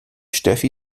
steffi